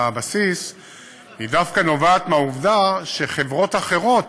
בבסיס דווקא נובעת מהעובדה שחברות אחרות,